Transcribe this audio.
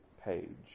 Page